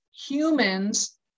humans